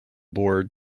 board